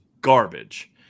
garbage